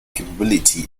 capability